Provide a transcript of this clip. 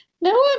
No